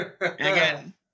Again